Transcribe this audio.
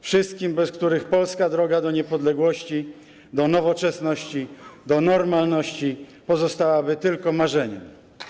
Wszystkim, bez których polska droga do niepodległości, do nowoczesności, do normalności pozostałaby tylko marzeniem.